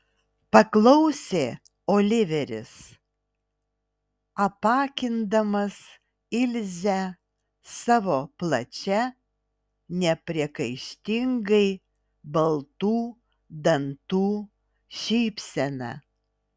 paklausė oliveris apakindamas ilzę savo plačia nepriekaištingai baltų dantų šypsena